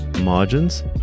margins